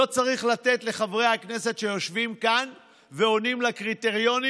לא צריך לתת לחברי הכנסת שיושבים כאן ועונים לקריטריונים,